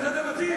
את הבתים,